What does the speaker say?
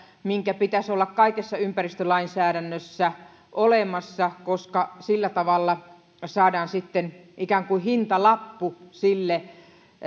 minkä pitäisi olla kaikessa ympäristölainsäädännössä olemassa koska sillä tavalla saadaan sitten ikään kuin hintalappu sille